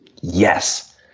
yes